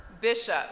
bishop